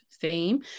theme